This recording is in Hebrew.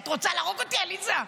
את רוצה להרוג אותי, עליזה?